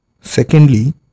Secondly